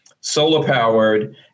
solar-powered